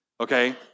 Okay